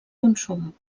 consum